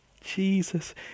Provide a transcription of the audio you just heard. Jesus